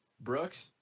Brooks